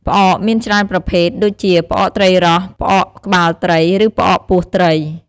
ផ្អកមានច្រើនប្រភេទ ដូចជា ផ្អកត្រីរ៉ស់ ផ្អកក្បាលត្រី ឬផ្អកពោះត្រី។